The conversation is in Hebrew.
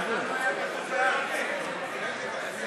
אני לא מבין.